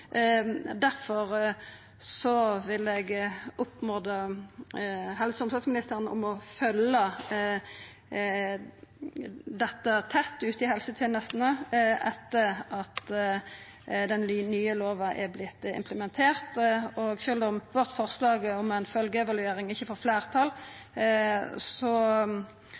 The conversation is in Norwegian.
vil eg oppmoda helse- og omsorgsministeren om å følgja dette tett ute i helsetenestene etter at den nye lova har vorte implementert. Sjølv om vårt forslag om ei følgjeevaluering ikkje får fleirtal,